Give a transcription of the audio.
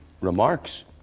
remarks